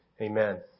Amen